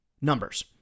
numbers